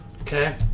Okay